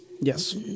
yes